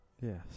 Yes